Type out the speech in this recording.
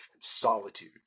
solitude